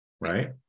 Right